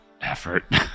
Effort